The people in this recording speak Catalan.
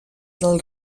del